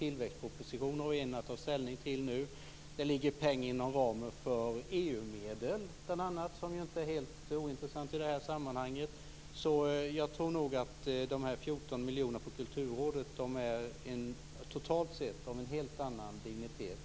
Regeringen har att ta ställning till tillväxtpropositionen nu. Det ligger pengar inom ramen för EU-medel. Det är ju inte helt ointressant i det här sammanhanget. Jag tror nog att dessa 14 miljoner på Kulturrådet totalt sett är av en helt annan dignitet.